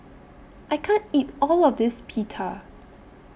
I can't eat All of This Pita